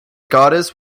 goddess